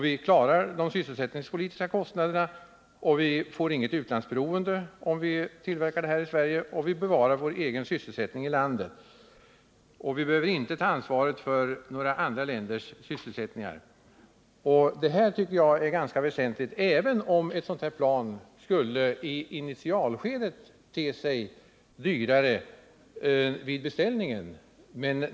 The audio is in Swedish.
Vi klarar de sysselsättningspolitiska kostnaderna, vi får inget utlandsberoende om vi tillverkar planet här i Sverige, vi bevarar vår egen sysselsättning i landet och vi behöver inte ta ansvar för några andra länders sysselsättning. Detta tycker jag är ganska väsentligt, även om ett sådant här plan i initialskedet skulle te sig dyrare, alltså vid beställningen.